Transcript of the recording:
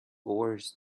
oars